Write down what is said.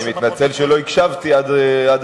אני מתנצל על שלא הקשבתי עד הסוף.